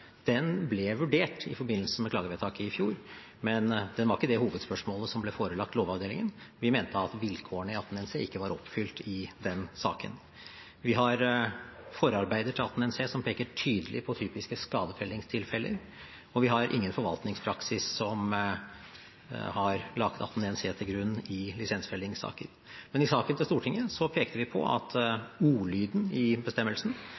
den ble vurdert i forbindelse med klagevedtaket i fjor, men det var ikke hovedspørsmålet som ble forelagt Lovavdelingen. Vi mente at vilkårene i § 18 første ledd bokstav c ikke var oppfylt i den saken. Vi har forarbeidet fra § 18 første ledd bokstav c som peker tydelig på typiske skadefellingstilfeller, og vi har ingen forvaltningspraksis som har lagt § 18 første ledd bokstav c til grunn i lisensfellingssaker. I saken til Stortinget pekte vi på at